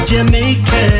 Jamaica